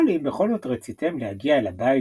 אבל אם בכל זאת רציתם להגיע אל הבית